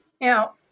Now